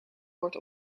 wordt